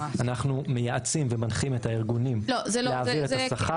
אנחנו מייעצים ומנחים את הארגונים להעביר את השכר,